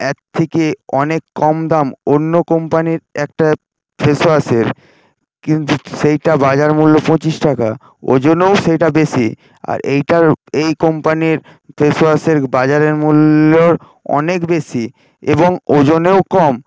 এর থেকে অনেক কম দাম অন্য কোম্পানির একটা ফেসওয়াশের কিন্তু সেইটা বাজার মূল্য পঁচিশ টাকা ওজনও সেইটা বেশি আর এইটার এই কোম্পানির ফেসওয়াশের বাজারের মূল্য অনেক বেশি এবং ওজনেও কম